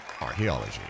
Archaeology